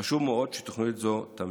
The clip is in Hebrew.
חשוב מאוד שתוכנית זו תמשיך.